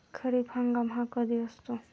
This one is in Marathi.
खरीप हंगाम हा कधी असतो?